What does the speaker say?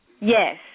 Yes